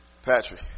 Patrick